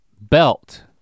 belt